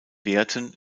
werten